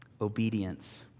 obedience